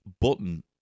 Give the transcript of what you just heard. button